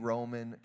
Roman